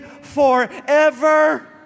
forever